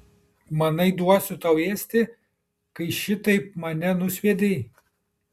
manai duosiu tau ėsti kai šitaip mane nusviedei